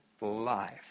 life